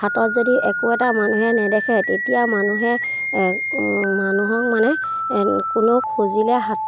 হাতত যদি একো এটা মানুহে নেদেখে তেতিয়া মানুহে মানুহক মানে কোনেও খুজিলে হাত